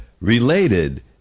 related